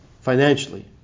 financially